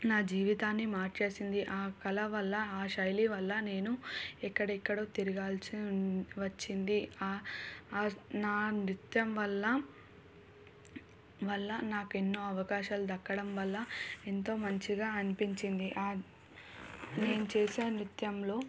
నా జీవితాన్ని మార్చేసింది ఆ కళ వల్ల ఆ శైలి వల్ల నేను ఎక్కడెక్కడో తిరగాల్సి వచ్చింది నా నృత్యం వల్ల వల్ల నాకెన్నో అవకాశాలు దక్కడం వల్ల ఎంతో మంచిగా అనిపించింది నేను చేసే నృత్యంలో